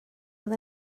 oedd